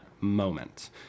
moment